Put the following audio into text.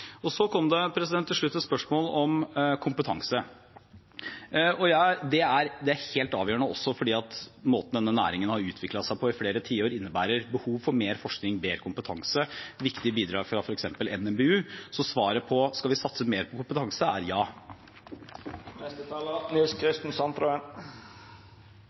Så kom det til slutt et spørsmål om kompetanse, som er helt avgjørende, for måten denne næringen har utviklet seg på i flere tiår, innebærer behov for mer forskning og mer kompetanse, med viktige bidrag fra f.eks. NMBU. Så svaret på om vi skal satse mer på kompetanse, er ja.